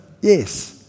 Yes